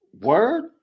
word